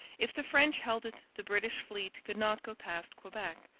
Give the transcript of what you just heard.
if the french held it the british fleet could not go past quebec,